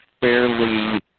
fairly